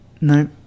No